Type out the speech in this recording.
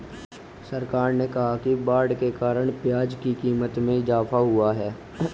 सरकार ने कहा कि बाढ़ के कारण प्याज़ की क़ीमत में इजाफ़ा हुआ है